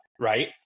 right